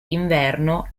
inverno